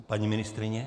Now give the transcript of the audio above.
Paní ministryně?